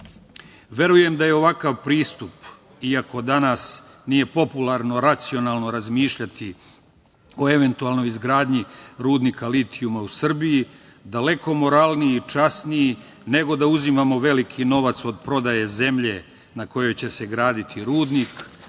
posla. Verujem da je ovakav pristup, iako danas nije popularno racionalno razmišljati o eventualnoj izgradnji rudnika litijuma u Srbiji, daleko moralniji i časniji nego da uzimamo veliki novac od prodaje zemlje na kojoj će se graditi rudnik,